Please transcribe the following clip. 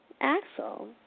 Axel